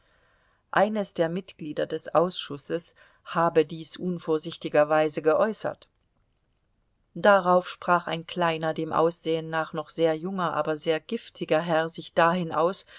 eines der mitglieder des ausschusses habe dies unvorsichtigerweise geäußert darauf sprach ein kleiner dem aussehen nach noch sehr junger aber sehr giftiger herr sich dahin aus